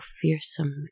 fearsome